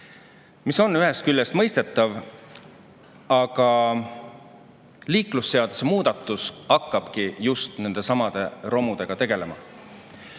See on ühest küljest mõistetav. Aga liiklusseaduse muudatus hakkabki just romudega tegelema.